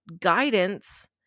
guidance